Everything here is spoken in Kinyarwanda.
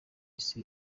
isi